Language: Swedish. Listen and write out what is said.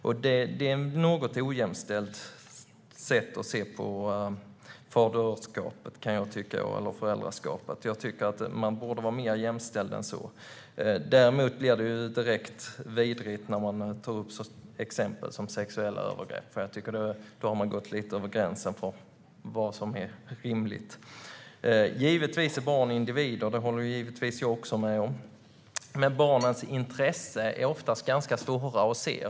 Det är ett ojämställt sätt att se på föräldraskapet, kan jag tycka. Vi borde vara mer jämställda än så. Det blir direkt vidrigt när man tar upp exempel som sexuella övergrepp. Då har man gått lite över gränsen för vad som är rimligt. Jag håller givetvis med om att barn är individer. Men barns intressen kan vara svåra att se.